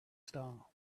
star